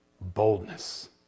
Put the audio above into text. boldness